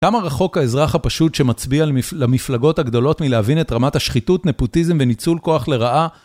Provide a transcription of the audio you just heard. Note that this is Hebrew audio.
כמה רחוק האזרח הפשוט שמצביע למפלגות הגדולות מלהבין את רמת השחיתות, נפוטיזם וניצול כוח לרעה?